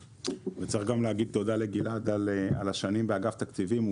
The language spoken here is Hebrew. צריך גם לומר תודה לגלעד על השנים באגף התקציבים.